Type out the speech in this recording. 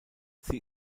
sie